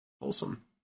Awesome